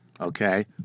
Okay